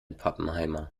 pappenheimer